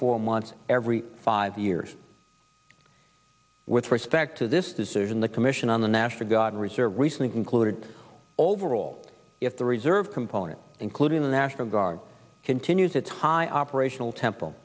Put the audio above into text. four months every five years with respect to this decision the commission on the national guard and reserve recently concluded overall if the reserve component including the national guard continues its high operational temp